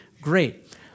great